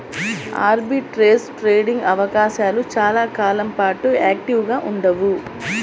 arbitrage trading అవకాశాలు చాలా కాలం పాటు యాక్టివ్గా ఉండవు